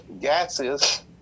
gases